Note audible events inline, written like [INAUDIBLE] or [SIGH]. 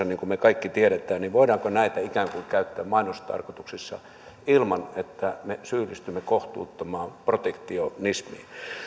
[UNINTELLIGIBLE] niin kuin me kaikki tiedämme voidaanko näitä ikään kuin käyttää mainostarkoituksissa ilman että me syyllistymme kohtuuttomaan protektionismiin